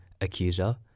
accuser